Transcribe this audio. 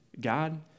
God